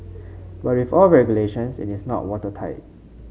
but with all regulations it is not watertight